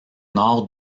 nord